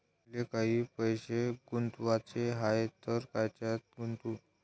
मले काही पैसे गुंतवाचे हाय तर कायच्यात गुंतवू?